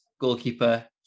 goalkeeper